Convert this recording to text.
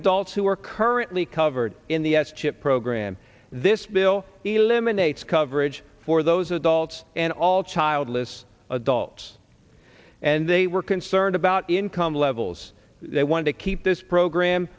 adults who are currently covered in the s chip program this bill eliminates coverage for those adults and all childless adults and they were concerned about income levels they wanted to keep this program